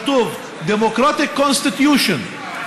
כתוב: democratic constitution,